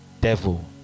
devil